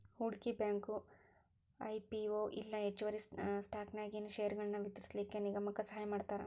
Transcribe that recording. ಹೂಡ್ಕಿ bank IPO ಇಲ್ಲಾ ಹೆಚ್ಚುವರಿ ಸ್ಟಾಕನ್ಯಾಗಿನ್ ಷೇರ್ಗಳನ್ನ ವಿತರಿಸ್ಲಿಕ್ಕೆ ನಿಗಮಕ್ಕ ಸಹಾಯಮಾಡ್ತಾರ